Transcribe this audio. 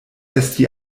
esti